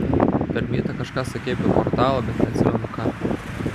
per mytą kažką sakei apie portalą bet neatsimenu ką